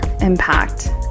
impact